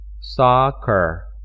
Soccer